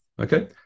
Okay